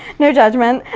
no judgment.